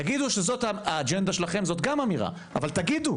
תגידו שזו האג'נדה שלכם, זו גם אמירה, אבל תגידו.